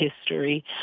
history